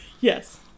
Yes